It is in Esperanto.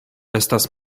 estas